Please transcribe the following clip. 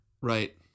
Right